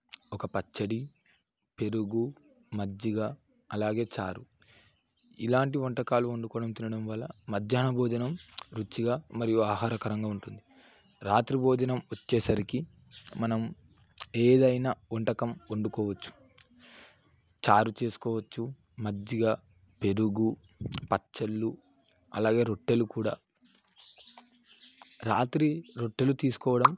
ఒక పచ్చడి పెరుగు మజ్జిగ అలాగే చారు ఇలాంటి వంటకాలు వండుకోవడం తినడం వల్ల మధ్యాహ్నం భోజనం రుచిగా మరియు ఆహారకరంగా ఉంటుంది రాత్రి భోజనం వచ్చేసరికి మనం ఏదైనా వంటకం వండుకోవచ్చు చారు చేసుకోవచ్చు మజ్జిగ పెరుగు పచ్చళ్ళు అలాగే రొట్టెలు కూడా రాత్రి రొట్టెలు తీసుకోవడం